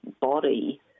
body